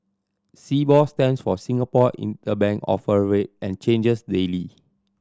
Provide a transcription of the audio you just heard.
Sibor stands for Singapore Interbank Offer Rate and changes daily